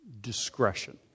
discretion